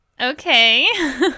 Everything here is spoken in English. okay